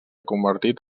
convertit